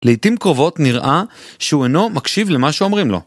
לעתים קרובות נראה שהוא אינו מקשיב למה שאומרים לו.